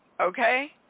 Okay